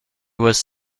was